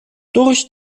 durch